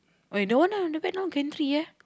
ah don't want lah the back now gantry ya